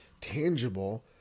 tangible